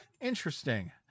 interesting